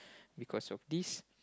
because of this